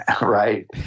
Right